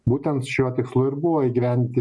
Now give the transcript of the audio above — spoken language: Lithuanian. būtent šiuo tikslu ir buvo įgyvendinti